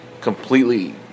completely